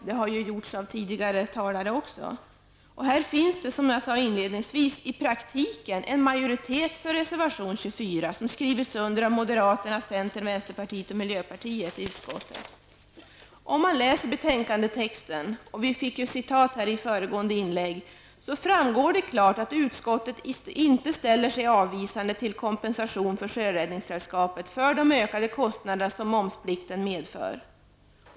Det har gjorts av tidigare talare också. Här finns det, som jag sade inledningsvis, i praktiken en majoritet för reservation nr 24 som har skrivits under av moderaterna, centern, vänsterpartiet och miljöpartiet. Om man läser betänkandetexten -- vi fick ett citat i föregående inlägg -- framgår det klart att utskottet inte ställer sig avvisande till kompensation för Sjöräddningssällskapet för de ökade kostnaderna som momsplikten medför.